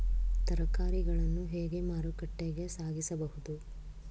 ತರಕಾರಿಗಳನ್ನು ಹೇಗೆ ಮಾರುಕಟ್ಟೆಗೆ ಸಾಗಿಸಬಹುದು?